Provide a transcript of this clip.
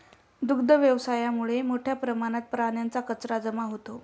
दुग्ध व्यवसायामुळे मोठ्या प्रमाणात प्राण्यांचा कचरा जमा होतो